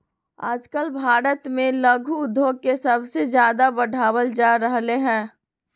आजकल भारत में लघु उद्योग के सबसे ज्यादा बढ़ावल जा रहले है